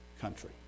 country